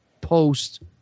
post-